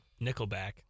Nickelback